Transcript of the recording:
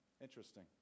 interesting